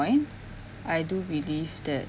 point I do believe that